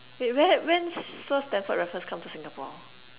wait where when Sir-Stamford-Raffles come to Singapore